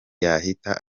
yahita